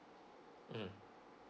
mm